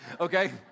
okay